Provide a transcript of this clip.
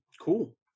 Cool